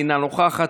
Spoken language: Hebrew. אינה נוכחת,